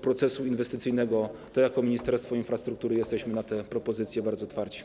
procesu inwestycyjnego, to jako Ministerstwo Infrastruktury jesteśmy na nie bardzo otwarci.